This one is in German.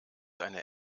eine